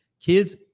kids